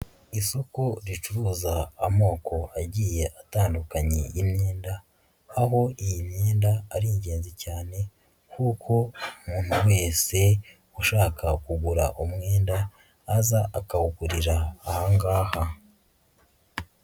Isoko ricuruza amoko agiye atandukanye y'imyenda, aho iyi myenda ari ingenzi cyane nkuko umuntu wese ushaka kugura umwenda aza akawugurira aha ngaha.